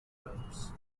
rhymes